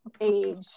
Age